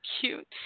cute